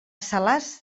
salàs